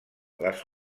les